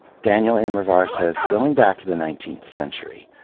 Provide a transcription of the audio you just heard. daniel immerwahr says, going back to the nineteenth century,